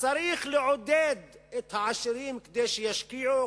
שצריך לעודד את העשירים כדי שישקיעו,